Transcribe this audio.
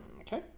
Okay